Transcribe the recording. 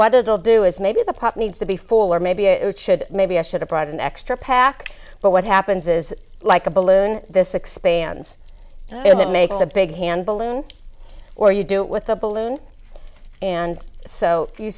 they'll do is maybe the pop needs to be full or maybe it should maybe i should have brought an extra pack but what happens is like a balloon this expands that makes a big hand balloon or you do it with a balloon and so you